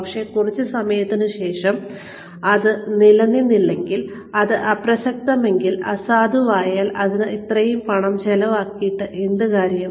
പക്ഷേ കുറച്ച് സമയത്തിന് ശേഷം അത് നിലനിന്നില്ലെങ്കിൽ അത് അപ്രസക്തമായാൽ അസാധുവായാൽ അതിന് ഇത്രയും പണം ചെലവാക്കിയിട്ട് എന്ത് കാര്യം